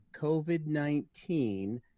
COVID-19